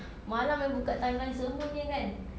malam yang buka timeline semuanya kan